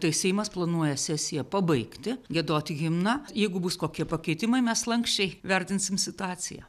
tai seimas planuoja sesiją pabaigti giedoti himną jeigu bus kokie pakeitimai mes lanksčiai vertinsim situaciją